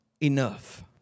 enough